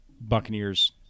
Buccaneers